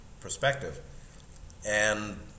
perspective—and